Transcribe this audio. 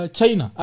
China